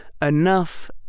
enough